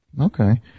Okay